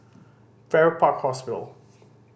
Farrer Park Hospital